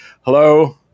Hello